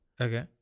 Okay